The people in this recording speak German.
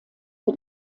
für